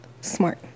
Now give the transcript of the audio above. smart